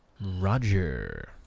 Roger